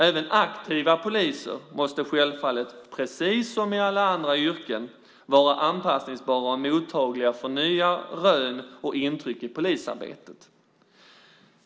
Även aktiva poliser måste självfallet, precis som i alla andra yrken, vara anpassningsbara och mottagliga för nya rön och intryck i polisarbetet.